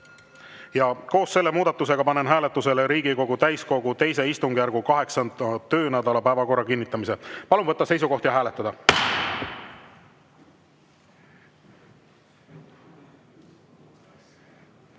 Koos selle muudatusega panen hääletusele Riigikogu täiskogu II istungjärgu 8. töönädala päevakorra kinnitamise. Palun võtta seisukoht ja hääletada!